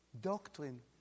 doctrine